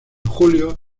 julio